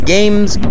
Games